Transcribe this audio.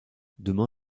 demain